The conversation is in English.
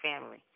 family